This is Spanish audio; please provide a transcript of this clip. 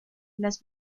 las